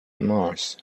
mars